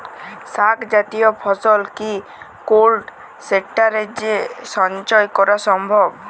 শাক জাতীয় ফসল কি কোল্ড স্টোরেজে সঞ্চয় করা সম্ভব?